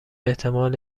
احتمال